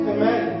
Amen